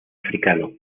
africano